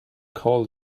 call